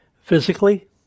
Physically